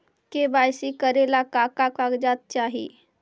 KYC करे ला का का कागजात चाही?